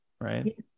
right